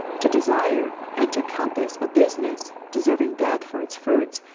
to desire, and to compass a business, deserving death for its fruits,